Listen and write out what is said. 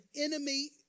enemy